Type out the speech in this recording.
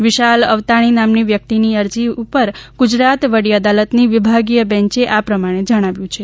વિશાલ અવતાણી નામની વ્યક્તિની અરજી ઉપર ગુજરાત વડી અદાલતની વિભાગીય બેન્ચે આ પ્રમાણે જણાવ્યું છે